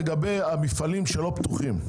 לגבי המפעלים שלא פתוחים.